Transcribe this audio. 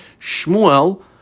Shmuel